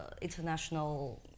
international